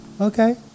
Okay